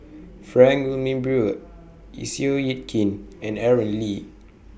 Frank Wilmin Brewer Seow Yit Kin and Aaron Lee